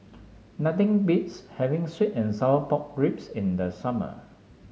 nothing beats having sweet and Sour Pork Ribs in the summer